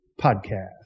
Podcast